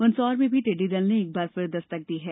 मन्दसौर में भी टिड्डी दल ने एक बार फिर दस्तक दी है